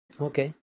Okay